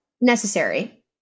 Necessary